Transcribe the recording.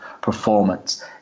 performance